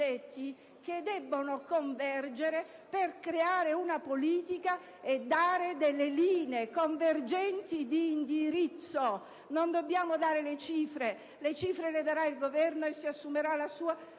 che debbono convergere per creare una politica e dare delle linee convergenti di indirizzo. Non dobbiamo indicare delle cifre. Le cifre le fornirà il Governo, che si assumerà la